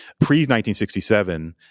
pre-1967